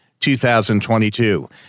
2022